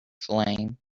flame